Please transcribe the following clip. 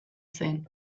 zen